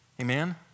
Amen